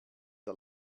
der